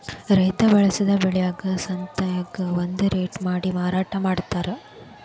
ರೈತಾ ಬೆಳಸಿದ ಬೆಳಿಗೆ ಸಂತ್ಯಾಗ ಒಂದ ರೇಟ ಮಾಡಿ ಮಾರಾಟಾ ಮಡ್ತಾರ